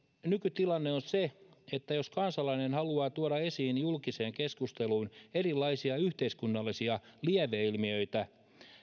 nykytilanne on se että jos kansalainen haluaa tuoda esiin julkiseen keskusteluun erilaisia yhteiskunnallisia lieveilmiöitä